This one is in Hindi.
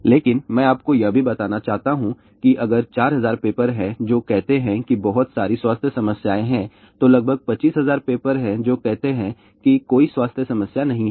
लेकिन मैं आपको यह भी बताना चाहता हूं कि अगर ४००० पेपर हैं जो कहते हैं कि बहुत सारी स्वास्थ्य समस्याएं हैं तो लगभग २५००० पेपर हैं जो कहते हैं कि कोई स्वास्थ्य समस्या नहीं है